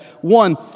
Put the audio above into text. One